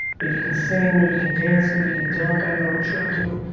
maybe you can sing, maybe you can dance, maybe you can dunk, i don't know what you're up to.